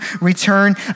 return